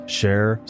share